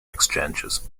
exchanges